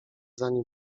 zanim